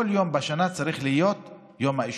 כל יום בשנה צריך להיות יום האישה.